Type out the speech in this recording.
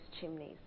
chimneys